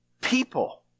people